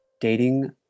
dating